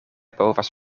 povas